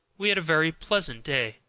we had a very pleasant day.